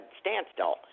standstill